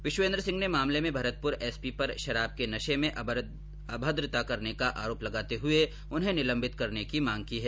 विश्वेन्द्र सिंह ने मामले में भरतपुर एसपी पर शराब के नशे में अभद्रता करने का आरोप लगाते हए उन्हें निलम्बित करने की मांग की है